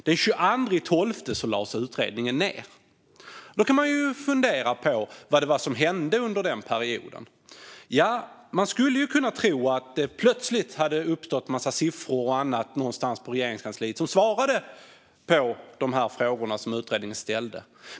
Den 22 december lades utredningen ned. Man kan fundera på vad det var som hände under den perioden. Man skulle kunna tro att det plötsligt hade uppstått en massa siffror och annat någonstans på Regeringskansliet som kunde ge svar på de frågor som utredningen ställde.